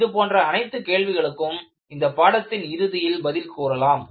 இதுபோன்ற அனைத்து கேள்விகளுக்கும் இந்தப் பாடத்தின் இறுதியில் பதில் கூறலாம்